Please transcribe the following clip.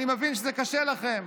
אני מבין שזה קשה לכם,